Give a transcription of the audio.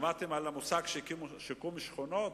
שמעתם על המושג "שיקום שכונות"?